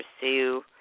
pursue